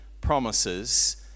promises